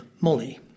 Molly